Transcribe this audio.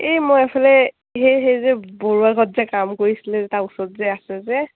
এই মই এফালে সেই সেই যে বৰুৱা ঘৰত যে কাম কৰিছিলে যে তাৰ ওচৰত যে আছে যে